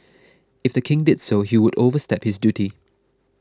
if the King did so he would overstep his duty